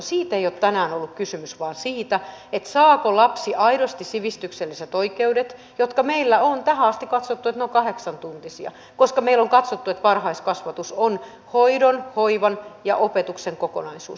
siitä ei ole tänään ollut kysymys vaan siitä saako lapsi aidosti sivistykselliset oikeudet meillä on tähän asti katsottu että ne ovat kahdeksantuntisia koska meillä on katsottu että varhaiskasvatus on hoidon hoivan ja opetuksen kokonaisuus